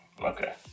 okay